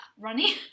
runny